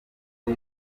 bwe